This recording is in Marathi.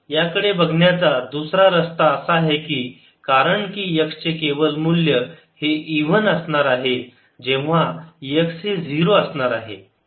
याकडे बघण्याचा दुसरा रस्ता असा आहे की कारण की x चे केवल मूल्य हे इव्हन असणार आहे जेव्हा x हे 0 असणार आहे